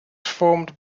formed